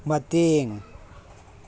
ꯃꯇꯦꯡ